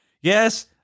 Yes